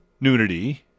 nudity